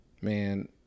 Man